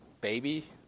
baby